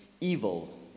evil